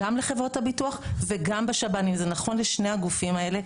גם לחברות הביטוח וגם בשב"ן זה נכון לשני הגופים האלה,